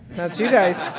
that's you, guys.